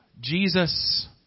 Jesus